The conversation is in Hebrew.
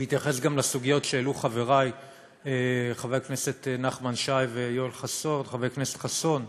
גם בהתייחס לסוגיות שהעלו חברי חבר הכנסת נחמן שי וחבר הכנסת חסון.